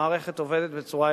המערכת עובדת בצורה יפה.